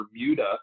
Bermuda